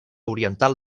oriental